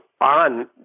on